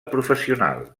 professional